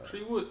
Three Wood